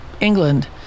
England